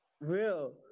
real